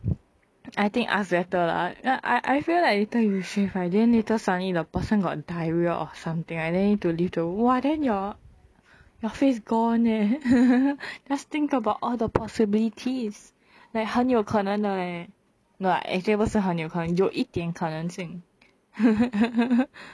I think ask better lah I I I feel like later you shave right then later suddenly the person got diarrhoea or something ah then need to leave the room !wah! then your your face gone leh just think about all the possibilities like 很有可能的 leh but actually 不是很有可能有一点可能性